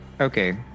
Okay